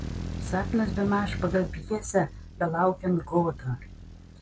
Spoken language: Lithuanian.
sapnas bemaž pagal pjesę belaukiant godo